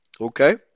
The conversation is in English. okay